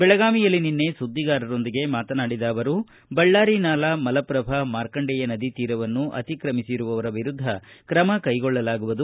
ಬೆಳಗಾವಿಯಲ್ಲಿ ನಿನ್ನೆ ಸುದ್ದಿಗಾರರೊಂದಿಗೆ ಮಾತನಾಡಿದ ಅವರು ಬಳ್ಳಾರಿ ನಾಲಾ ಮಲಪ್ರಭಾ ಮಾರ್ಕಂಡೇಯ ನದಿ ತೀರವನ್ನು ಅತಿಕ್ರಮಿಸುವವರ ವಿರುದ್ದ ಕ್ರಮ ಕೈಗೊಳ್ಳಲಾಗುವುದು